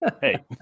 Hey